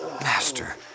Master